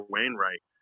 Wainwright